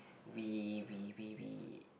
we we we we